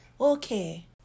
Okay